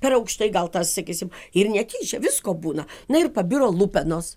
per aukštai gal tas sakysim ir netyčia visko būna na ir pabiro lupenos